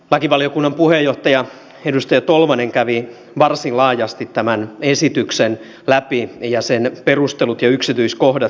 lakivaliokunnan puheenjohtaja edustaja tolvanen kävi varsin laajasti tämän esityksen läpi ja sen perustelut ja yksityiskohdatkin